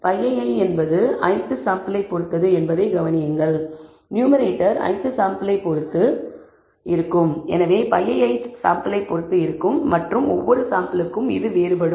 pii என்பது ith சாம்பிளை பொறுத்தது என்பதைக் கவனியுங்கள் நியூமேரேட்டர் ith சாம்பிளை பொறுத்து எனவே piith சாம்பிளை பொறுத்து இருக்கும் மற்றும் ஒவ்வொரு சாம்பிளுக்கும் வேறுபடும்